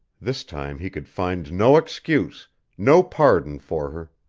this time he could find no excuse no pardon for her.